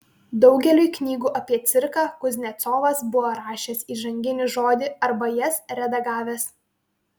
daugeliui knygų apie cirką kuznecovas buvo rašęs įžanginį žodį arba jas redagavęs